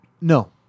No